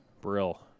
Brill